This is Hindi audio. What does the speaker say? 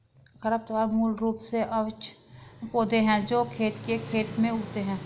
खरपतवार मूल रूप से अवांछित पौधे हैं जो खेत के खेत में उगते हैं